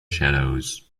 shadows